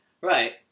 Right